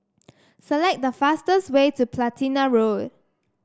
select the fastest way to Platina Road